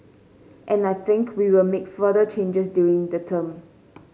and I think we will make further changes during the term